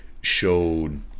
showed